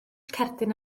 cerdyn